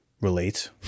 relate